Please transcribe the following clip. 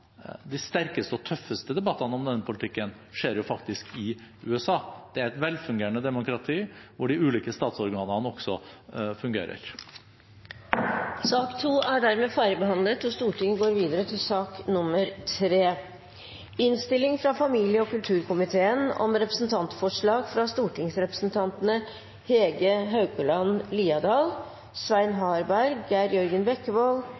De sterkeste og tøffeste debattene om denne politikken skjer faktisk i USA. Det er et velfungerende demokrati, der de ulike statsorganene også fungerer. Debatten i sak nr. 2 er dermed avsluttet. Etter ønske fra familie- og